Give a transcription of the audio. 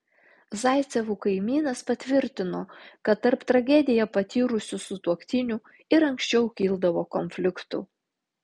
zaicevų kaimynas patvirtino kad tarp tragediją patyrusių sutuoktinių ir anksčiau kildavo konfliktų